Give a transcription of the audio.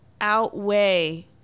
outweigh